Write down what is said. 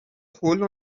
hole